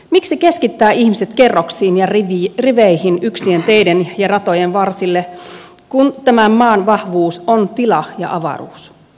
miksi keskittää ihmiset kerroksiin ja riveihin yksien teiden ja ratojen varsille kun tämän maan vahvuus on tila ja avaruus